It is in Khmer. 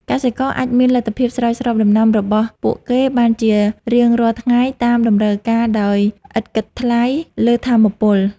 កសិករអាចមានលទ្ធភាពស្រោចស្រពដំណាំរបស់ពួកគេបានជារៀងរាល់ថ្ងៃតាមតម្រូវការដោយឥតគិតថ្លៃលើថាមពល។